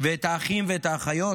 ואת האחים ואת האחיות,